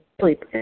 sleep